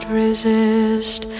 resist